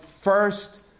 first